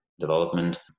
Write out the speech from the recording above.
development